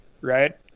right